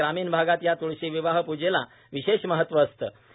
ग्रामीण भागात या तुळशी विवाह पूजेला विशेष महत्व असतं